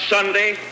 Sunday